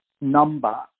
number